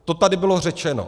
To tady bylo řečeno.